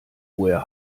woher